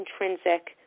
intrinsic